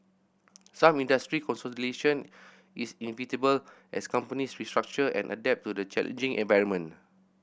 some industry consolidation is as companies restructure and adapt to the challenging environment